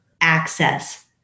access